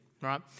right